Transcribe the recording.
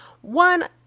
one